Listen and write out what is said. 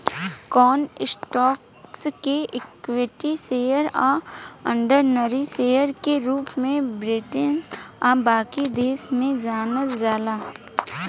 कवन स्टॉक्स के equity share आ ऑर्डिनरी शेयर के रूप में ब्रिटेन आ बाकी देश में जानल जाला